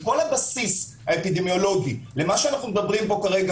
כל הבסיס האפידמיולוגי למה שאנחנו מדברים עליו כרגע